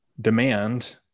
demand